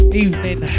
evening